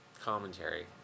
commentary